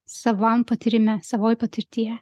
savam patyrime savoj patirtyje